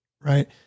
right